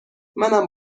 منم